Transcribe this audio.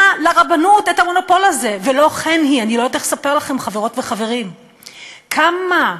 לבוא לחיות כאן ולהיות מוכרות על-ידי המוסדות שלא מאפשרים כאן להתחתן,